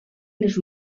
les